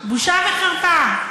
בושה וחרפה.